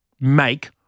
make